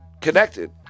Connected